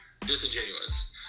disingenuous